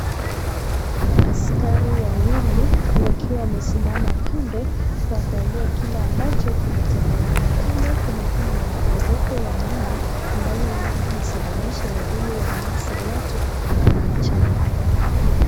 Askari wawili wakiwa wamesimama kando kuangalia kile ambacho kimetendeka. Pale kumekuwa na mporomoka wa nyumba ambayo huneda umesababisha uharibifu wa mali za watu ama ajali.